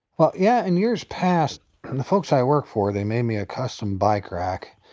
well, yeah. in years past, the folks i work for, they made me a custom bike rack.